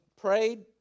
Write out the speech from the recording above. prayed